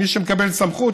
מי שמקבל סמכות,